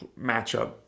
matchup